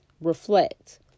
Reflect